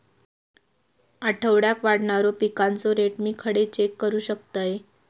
आठवड्याक वाढणारो पिकांचो रेट मी खडे चेक करू शकतय?